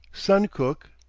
suncook,